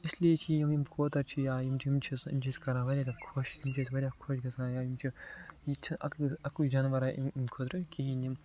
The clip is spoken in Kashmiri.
اس لیے چھِ یِم یِم کوتَر چھِ یا یِم چھِ یِم چھِ أسۍ کران واریاہ زیادٕ خۄش یِم چھِ اَسہِ واریاہ زیادٕ خۄش گژھان یا یِم چھِ ییٚتہِ چھِنہٕ اَکُے جاناوَارا ییٚمہِ خٲطرٕ کِہیٖنۍ